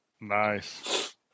Nice